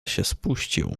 spuścił